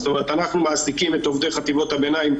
אנחנו מעסיקים את עובדי חטיבות הביניים,